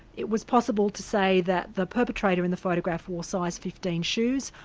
it was possible to say that the perpetrator in the photograph wore size fifteen shoes,